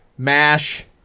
Mash